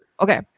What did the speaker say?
okay